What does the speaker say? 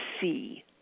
see